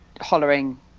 hollering